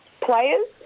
players